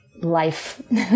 life